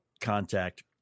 contact